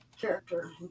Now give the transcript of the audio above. character